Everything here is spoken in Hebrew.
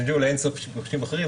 יש אין-סוף שימושים אחרים,